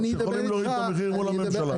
שהם יכולים להוריד את המחירים מול הממשלה.